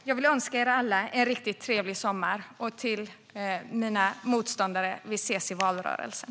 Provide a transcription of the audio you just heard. Jag vill önska er alla en riktigt trevlig sommar. Till mina motståndare: Vi ses i valrörelsen!